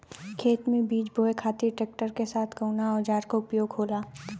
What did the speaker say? खेत में बीज बोए खातिर ट्रैक्टर के साथ कउना औजार क उपयोग होला?